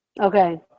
Okay